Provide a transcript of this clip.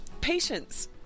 patience